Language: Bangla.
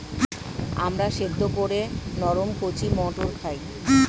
আমরা সেদ্ধ করে নরম কচি মটর খাই